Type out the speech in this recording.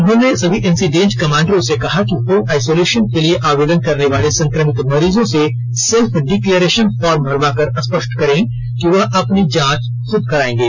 उन्होंने सभी इंसीडेंट कमांडरों से कहा कि होम आइसोलेशन के लिए आवेदन करने वाले संक्रमित मरीजों से सेल्फ डिक्लेरेशन फॉर्म भरवाकर स्पष्ट करें कि वह अपनी जांच खूद कराएंगे